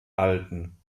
alten